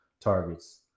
targets